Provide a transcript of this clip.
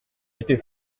était